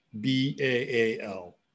B-A-A-L